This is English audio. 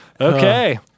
Okay